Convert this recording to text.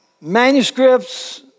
manuscripts